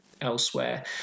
elsewhere